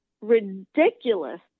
ridiculous